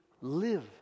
live